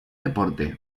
deporte